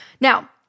Now